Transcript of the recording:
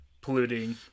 polluting